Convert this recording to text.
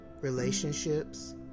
relationships